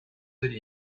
degli